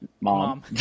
Mom